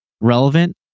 relevant